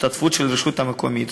השתתפות של הרשות המקומית,